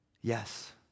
Yes